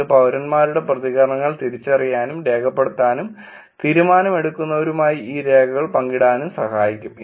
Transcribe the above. ഇത് പൌരന്മാരുടെ പ്രതികരണങ്ങൾ തിരിച്ചറിയാനും രേഖപ്പെടുത്താനും തീരുമാനമെടുക്കുന്നവരുമായി ഈ രേഖകൾ പങ്കിടാനും സഹായിക്കും